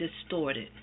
distorted